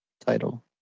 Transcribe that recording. title